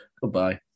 Goodbye